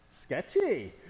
sketchy